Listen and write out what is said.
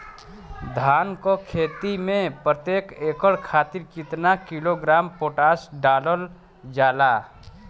धान क खेती में प्रत्येक एकड़ खातिर कितना किलोग्राम पोटाश डालल जाला?